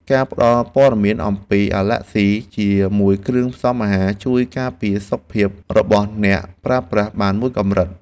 ការផ្ដល់ព័ត៌មានអំពីអាឡែស៊ីជាមួយគ្រឿងផ្សំអាហារ ជួយការពារសុខភាពរបស់អ្នកប្រើប្រាស់បានមួយកម្រិត។